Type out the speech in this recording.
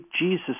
Jesus